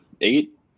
eight